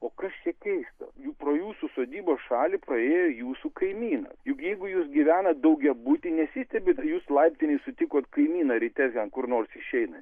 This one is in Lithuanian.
o kas čia keisto juk pro jūsų sodybos šalį praėjo jūsų kaimynas juk jeigu jūs gyvenat daugiabuty nesistebit jūs laiptinėj sutikot kaimyną ryte ten kur nors išeinantį